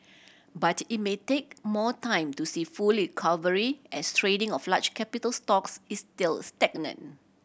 but it may take more time to see full recovery as trading of large capital stocks is still stagnant